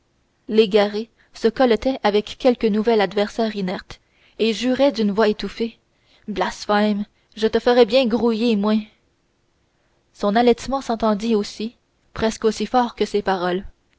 légaré se colletait avec quelque nouvel adversaire inerte et jurait d'une voix étouffée blasphème je te ferai bien grouiller moué son halètement s'entendait aussi presque aussi fort que ses paroles